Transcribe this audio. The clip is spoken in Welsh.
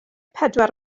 pedwar